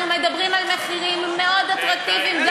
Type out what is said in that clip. אנחנו מדברים על מחירים אטרקטיביים מאוד,